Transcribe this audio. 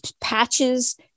patches